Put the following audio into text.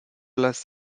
plus